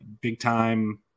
big-time